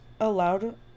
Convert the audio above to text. allowed